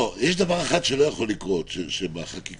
יש דבר אחד שלא יכול לקרות שבתקנות